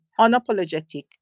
unapologetic